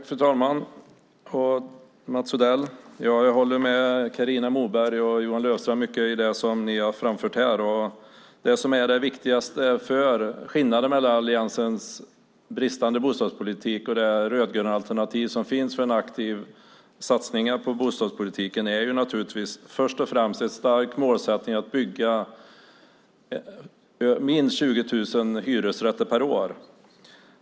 Fru talman! Jag håller med Johan Löfstrand och Carina Moberg om mycket som de har framfört här. Det som är den viktigaste skillnaden mellan Alliansens bostadspolitik och det rödgröna alternativ som finns för aktiva satsningar på bostadspolitiken är först och främst en stark målsättning att bygga minst 20 000 hyresrätter per år.